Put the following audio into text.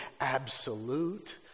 absolute